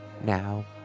Now